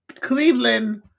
Cleveland